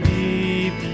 deep